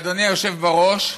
אדוני היושב בראש,